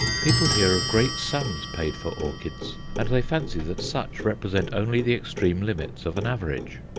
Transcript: people hear of great sums paid for orchids, and they fancy that such represent only the extreme limits of an average.